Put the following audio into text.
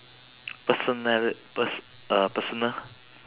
personal pers~ uh personal